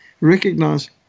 recognize